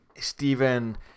Stephen